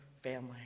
family